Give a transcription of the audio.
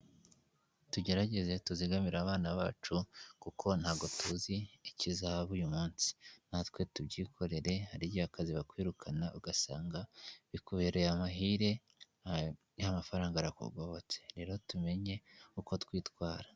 Tugerageze tuzigamire abana bacu kuko ntabwo tuzi ikizaba uyu munsi. Natwe tubyikorere, hari igihe akazi bakwirukana ugasanga bikubereye amahire ya mafaranga arakugobotse. Rero tumenye uko twitwara.